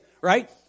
right